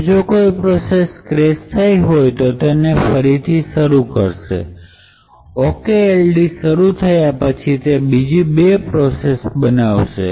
હવે જો કોઈ પ્રોસેસ ક્રેશ થઈ હોય તો તેને ફરીથી શરૂ કરશે okld શરૂ થયા પછી તે બીજી બે પ્રોસેસ બનાવશે